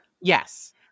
Yes